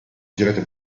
girate